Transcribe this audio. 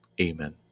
Amen